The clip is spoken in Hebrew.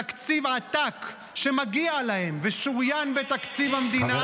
תקציב עתק שמגיע להם ושוריין בתקציב המדינה -- זה לא מגיע אליהם.